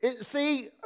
See